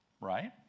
Right